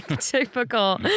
typical